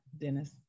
Dennis